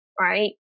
right